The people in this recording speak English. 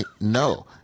No